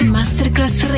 Masterclass